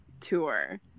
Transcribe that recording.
tour